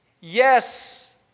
yes